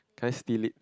can I steal it